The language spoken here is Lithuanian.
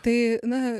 tai na